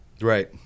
Right